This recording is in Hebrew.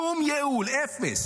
שום ייעול, אפס.